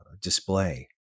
display